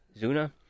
Zuna